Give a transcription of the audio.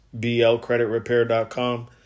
blcreditrepair.com